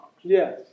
Yes